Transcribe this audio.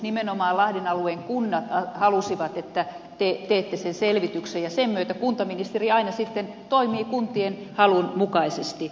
nimenomaan lahden alueen kunnat halusivat että te teette sen selvityksen ja sen myötä kuntaministeri aina sitten toimii kuntien halun mukaisesti